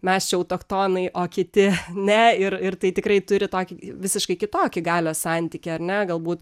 mes čia autochtonai o kiti ne ir ir tai tikrai turi tokį visiškai kitokį galios santykį ar ne galbūt